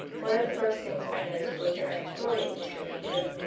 one of the first things i noticed was your own story, mr. paynter.